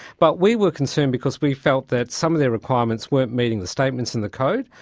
but we were concerned because we felt that some of their requirements weren't meeting the statements in the code.